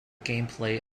gameplay